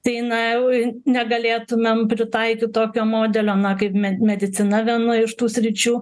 tai na jau negalėtumėm pritaikyt tokio modelio na kaip me medicina viena iš tų sričių